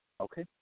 Okay